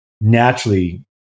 naturally